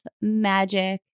magic